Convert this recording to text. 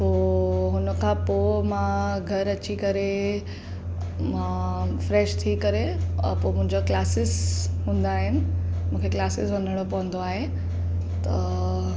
पोइ हुन खां पोइ मां घरु अची करे मां फ्रैश थी करे पोइ मुंहिंजा क्लासिस हूंदा आहिनि मूंखे क्लासिस वञिणो पवंदो आहे त